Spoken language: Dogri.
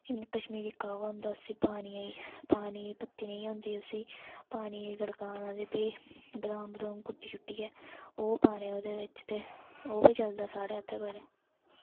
इयां कश्मीरी कहवा होंदा उसी पानी पत्ती नेईं होंदी उसी पानियै गी गड़काना ते फ्ही बदाम कुट्टी शुट्टियै ओह् पाने ओहदे बिच ते ओह् बी चलदा साढ़् इत्थै बड़ा